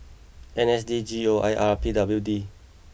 N S D G O I R P W D